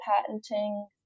patenting